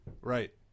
Right